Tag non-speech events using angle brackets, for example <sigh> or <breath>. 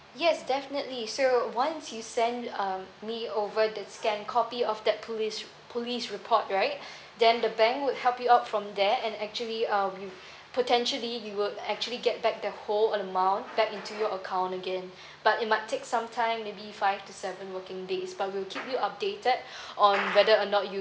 yes definitely so once you send um me over the scanned copy of that police police report right <breath> then the bank would help you out from there and actually uh potentially you would actually get back the whole amount back into your account again <breath> but it might take some time maybe five to seven working days but we'll keep you updated <breath> on whether or not you